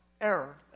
error